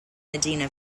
medina